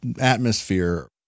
atmosphere